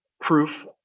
proof